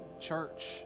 Church